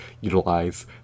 utilize